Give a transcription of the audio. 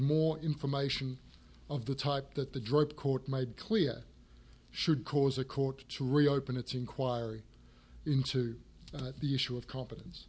more information of the type that the drug court made clear should cause a court to reopen its inquiry into the issue of co